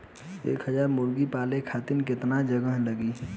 एक हज़ार मुर्गी पालन करे खातिर केतना जगह लागी?